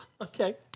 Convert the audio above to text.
Okay